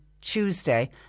Tuesday